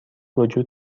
وجود